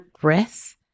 breath